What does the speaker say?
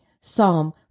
Psalm